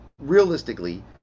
realistically